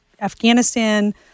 Afghanistan